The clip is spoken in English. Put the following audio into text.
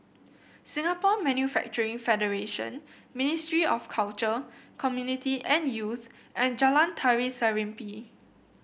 Singapore Manufacturing Federation Ministry of Culture Community and Youth and Jalan Tari Serimpi